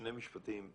משפטים.